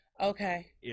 Okay